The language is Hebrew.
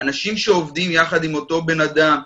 אנשים שעובדים יחד עם אותו בן אדם,